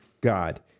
God